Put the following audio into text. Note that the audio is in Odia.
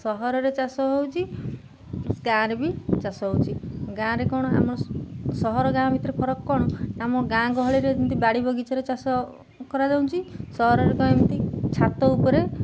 ସହରରେ ଚାଷ ହେଉଛି ଗାଁରେ ବି ଚାଷ ହେଉଛି ଗାଁରେ କ'ଣ ଆମ ସହର ଗାଁ ଭିତରେ ଫରକ୍ କ'ଣ ଆମ ଗାଁ ଗହଳିରେ ଯେମିତି ବାଡ଼ି ବଗିଚାରେ ଚାଷ କରାଯାଉଛି ସହରରେ କ'ଣ ଏମିତି ଛାତ ଉପରେ